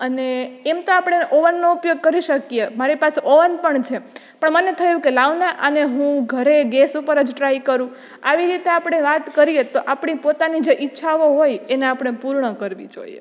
એમ તો આપણે ઓવનનો ઉપયોગ કરી શકીએ મારી પાસે ઓવન પણ છે પણ મને થયું કે લાવને આને હું ઘરે ગેસ ઉપર જ ટ્રાય કરું આવી રીતે આપણે વાત કરીએ તો આપણી પોતાની જે ઈચ્છાઓ હોય એને આપણે પૂર્ણ કરવી જોઈએ